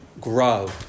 grow